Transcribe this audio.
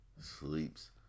sleeps